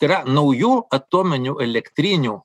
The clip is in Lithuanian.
tai yra naujų atominių elektrinių